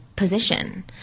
position